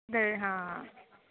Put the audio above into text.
the हा